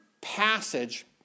passage